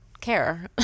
care